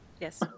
Yes